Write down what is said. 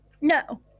No